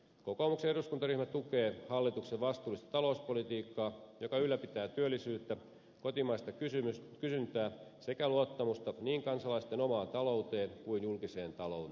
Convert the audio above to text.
kokoomuksen eduskuntaryhmä tukee hallituksen vastuullista talouspolitiikkaa joka ylläpitää työllisyyttä kotimaista kysyntää sekä luottamusta niin kansalaisten omaan talouteen kuin julkiseen talouteenkin